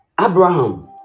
abraham